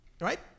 right